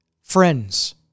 friends